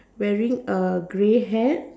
wearing a grey hat